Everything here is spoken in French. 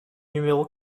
numéro